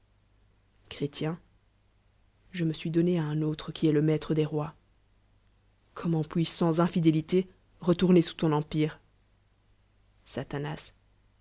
je me suis donné à on autre qui est le matue des rois comment puis-je aane infidélité retourner sous ton empire satan